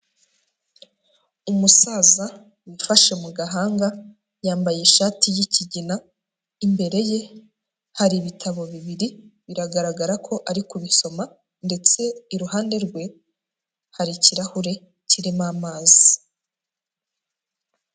Umusaza wifashe mu gahanga yambaye ishati y'ikigina, imbere ye hari ibitabo bibiri biragaragara ko ari kubisoma ndetse iruhande rwe hari ikirahure kirimo amazi.